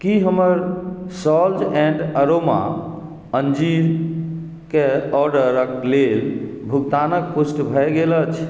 की हमर सॉल्ज़ and aroma अंजीरके ऑर्डरक लेल भुगतानक पुष्टि भए गेल अछि